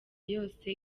yose